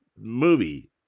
movie